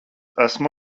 esmu